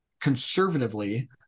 conservatively